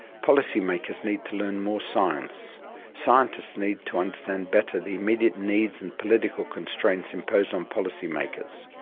policy-makers need to learn more science scientists need to understand better the immediate needs and political constraints imposed on policy-makers.